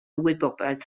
wybodaeth